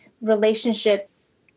relationships